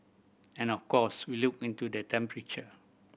and of course we look into the temperature